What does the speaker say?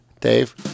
Dave